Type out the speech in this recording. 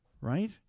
right